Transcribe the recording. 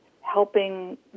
helping